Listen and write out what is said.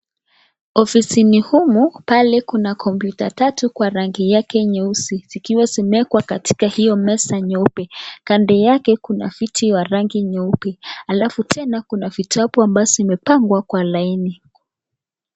Ofisini humu pale kuna komputa tatu Kwa rangi yake nyeusi zikiwa zimewekwa katika hio meza nyeupe kando yake kuna viti ya rangi nyeupe alafu tena kuna vitabu ambazo zimepangwa kwa laini.